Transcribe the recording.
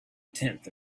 tenth